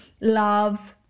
love